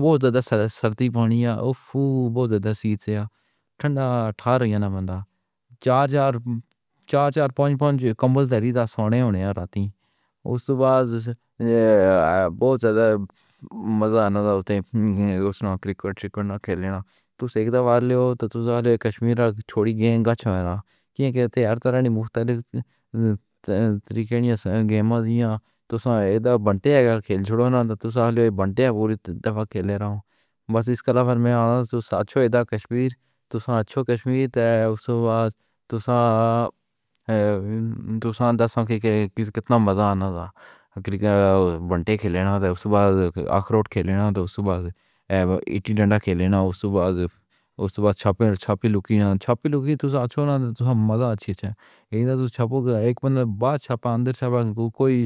بہت سردی پڑنی ہے اُس، بہت سے تو ٹھنڈا تھا رہیاں بندہ۔ چار چار، چار چار، پنج پنج کمبل دھیرے سوں ہووے۔ رات اُس واج بہت زیادہ مزا آنا اُتے، اُس نے کرکٹ کھیݨا۔ تُس اک دفعہ لاؤ، تُس کشمیر آ چھوڑی گیند۔ اچھا ہے ناں کہ ہر طرح دی مُختلِف۔ طریقے ناں یا گیم دیا۔ تُس ایہ دا بنٹے کھیل چھوڑو ناں۔ تُس بنٹے دفعہ کھیݙے رہم بس۔ ایس دا فرم اچھا کشمیر، تُساں اچھا کشمیر۔ اُس وخت تُس۔ تُس دساں دی کتنا مزا آنا۔ کرکٹ بنٹے کھیݙانا تے اُس وخت اخروٹ کھیݙنا تے اُس وکت اِٹی ڈنڈا کھیݙنا، اُس وکت، اُس وکت چھاپے، چھاپے لُکنا، چھاپے لُکنا تُس اچھو ناں تو مزا اچھا چھا۔ چھپا اک وار چھپا اندر، چھپا کوئی